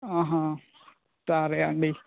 సరే అండి